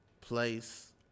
place